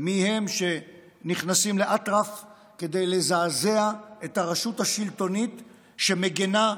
ומי הם שנכנסים לאטרף כדי לזעזע את הרשות השלטונית שמגינה,